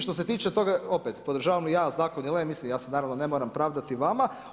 Što se tiče toga, opet podržavam li ja zakon ili ne, mislim ja se naravno ne moram pravdati vama.